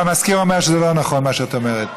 המזכיר אומר שזה לא נכון מה שאת אומרת.